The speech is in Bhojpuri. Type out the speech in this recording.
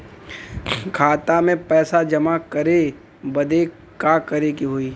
खाता मे पैसा जमा करे बदे का करे के होई?